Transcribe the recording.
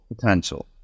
potential